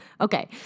Okay